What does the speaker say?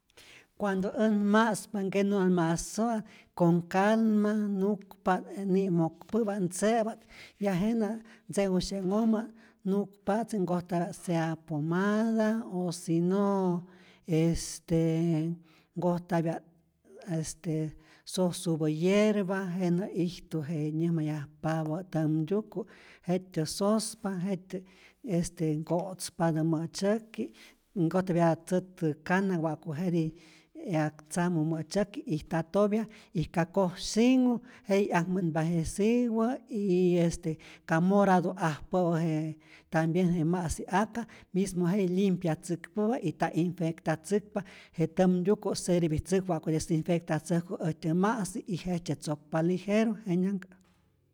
Cuando äj ma'spa nkenu'at ma'sua't, con calma nukpa't, ni'mokpä'pa't, ntze'pa't, ya jenä ntze'usye'nhojmä nukpa'tzi' nkojtapya't sea pomada o si no est nkojtapya't este sosupä yerba jenä'ijtu je nyäjmayajpapä tämtyuku', jet'tyä sospa, je't'tyä este nko'tzpatä mä'tzyäki' y nkojtapyatä tzät'ta kana wa'ku jetij 'yak tzamu mä'tzyäki, y ta topya y ka koj sinhu jetij 'yakmä'npa je siwä', y este ka morado'ajpä'u je tambien je ma'si aka mismo jetij lyimpatzäkpä'pa, y nta infectatzäkpa, je tämtyuku servitzäkpa ja'ku desinfectatzäjku äjtyä ma'si y jejtzye tzokpa ligeru. jenyanhkä'.